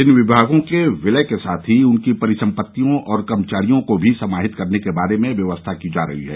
इन विभागों के विलय के साथ ही उनकी परिसम्पत्तियों और कर्मचारियों को भी समाहित करने के बारे में व्यवस्था की जा रही है